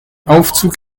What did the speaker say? aufzug